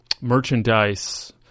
merchandise